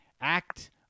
act